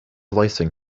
licensing